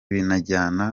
binajyana